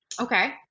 Okay